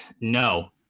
No